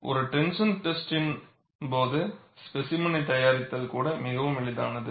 ஒரு டென்ஷன் டெஸ்டின் போது ஸ்பேசிமெனை தயாரித்தல் கூட மிகவும் எளிதானது